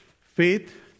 faith